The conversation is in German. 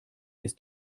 ist